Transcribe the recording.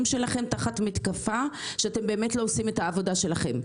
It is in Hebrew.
שלכם תחת מתקפה שאתם לא עושים את העבודה שלכם.